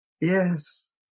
Yes